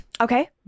Okay